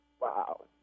Wow